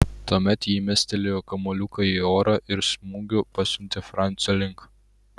tuomet ji mestelėjo kamuoliuką į orą ir smūgiu pasiuntė francio link